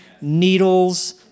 needles